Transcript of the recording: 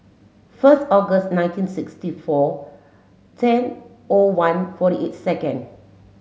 first August nineteen sixty four ten O one forty eight second